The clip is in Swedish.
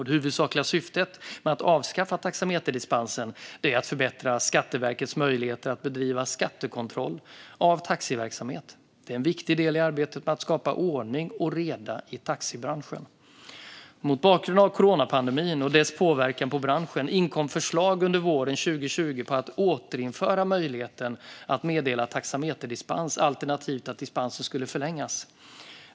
Det huvudsakliga syftet med att avskaffa taxameterdispensen är att förbättra Skatteverkets möjligheter att bedriva skattekontroll av taxiverksamhet. Det är en viktig del i arbetet med att skapa ordning och reda i taxibranschen. Mot bakgrund av coronapandemin och dess påverkan på branschen inkom förslag under våren 2020 på att återinföra möjligheten att meddela taxameterdispens eller så ser man till att dispensen skulle förlängas.